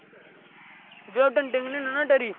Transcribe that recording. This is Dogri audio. जेकर ओह् डंडे कन्नै नेईं ना डरी